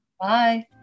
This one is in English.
Bye